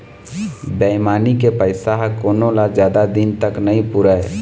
बेईमानी के पइसा ह कोनो ल जादा दिन तक नइ पुरय